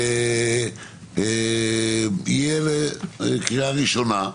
יהיה לקריאה הראשונה.